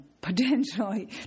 potentially